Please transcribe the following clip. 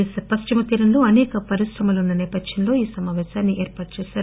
దేశపశ్చిమ తీరంలో అసేక పరిశ్రమలు ఉన్న నేపథ్యంలో ఈ సమాపేశాన్ని ఏర్పాటు చేశారు